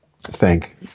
thank